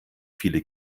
viele